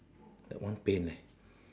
that one pain leh